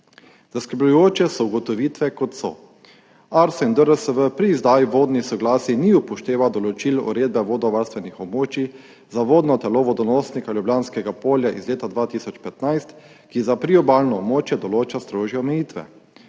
Zaskrbljujoče so ugotovitve, kot so: ARSO in DRSV v pri izdaji vodnih soglasij ni upošteval določil Uredbe vodovarstvenih območij za vodno telo vodonosnika Ljubljanskega polja iz leta 2015, ki za priobalno območje določa strožje omejitve;